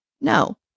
No